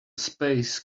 space